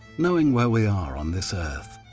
knowing where we are on this earth.